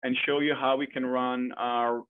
and show you how we can run our...